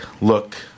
look